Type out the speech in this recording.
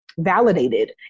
validated